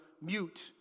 mute